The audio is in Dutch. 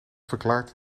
verklaard